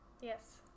Yes